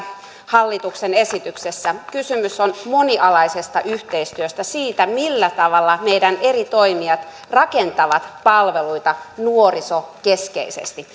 hallituksen esityksessä kysymys on monialaisesta yhteistyöstä siitä millä tavalla meidän eri toimijat rakentavat palveluita nuorisokeskeisesti